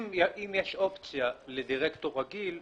אם יש אופציה לדירקטור רגיל,